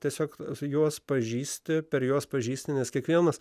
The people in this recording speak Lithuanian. tiesiog juos pažįsti per juos pažįsti nes kiekvienas